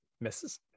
misses